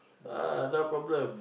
ah no problem